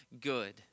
good